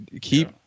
keep